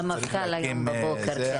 כן, המפכ"ל היום בבוקר.